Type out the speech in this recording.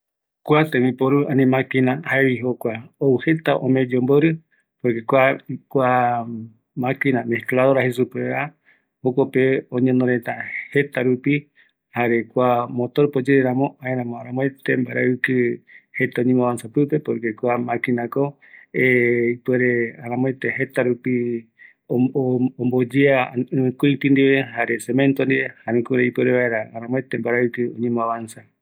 Kua jaevi mopetï maquina, omboyea vaera jetarupi cemento jare ɨvɨkuïtï, kua oparavïvɨ motor ndive, erei jetavi ome yomborɨ